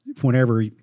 whenever